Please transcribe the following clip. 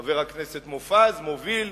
חבר הכנסת מופז מוביל,